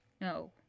No